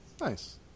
Nice